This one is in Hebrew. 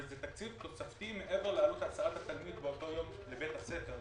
וזה תקציב תוספתי מעבר לעלות הסעת התלמיד באותו יום לבית הספר.